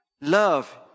love